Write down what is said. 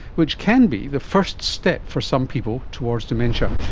which can be the first step for some people towards dementia.